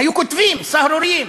היו כותבים סהרוריים.